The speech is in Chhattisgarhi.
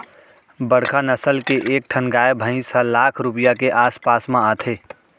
बड़का नसल के एक ठन गाय भईंस ह लाख रूपया के आस पास म आथे